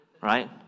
right